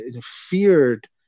feared